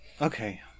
Okay